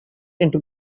into